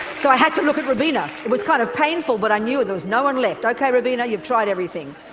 so i had to look at robina, it was kind of painful but i knew there was no one left okay robina, you've tried everything.